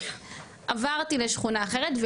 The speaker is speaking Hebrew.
עברתי לשכונה אחרת,